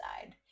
side